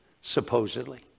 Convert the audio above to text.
supposedly